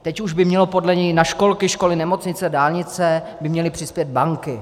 Teď už by měly podle něj na školky, školy, nemocnice, dálnice přispět banky.